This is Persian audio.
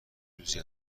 روزی